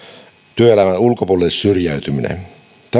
työelämän ulkopuolelle syrjäytyminen tämän